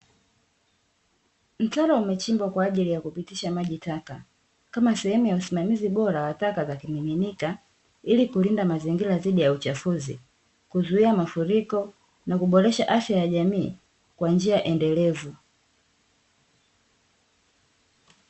Mtaro umechimbwa kwa ajili ya kupitisha maji taka, kama sehemu ya usimamizi bora wa taka za kimiminika, ili kulinda mazingira dhidi ya uchafuzi, kuzuia mafuriko na kuboresha afya ya jamii kwa njia endelevu.